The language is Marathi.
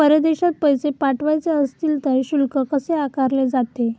परदेशात पैसे पाठवायचे असतील तर शुल्क कसे आकारले जाते?